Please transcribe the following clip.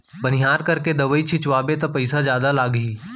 बनिहार करके दवई छिंचवाबे त पइसा जादा लागही